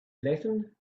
latin